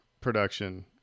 production